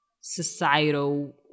societal